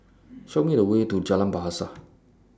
Show Me The Way to Jalan Bahasa